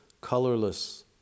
colorless